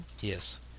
Yes